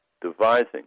devising